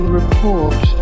report